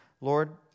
Lord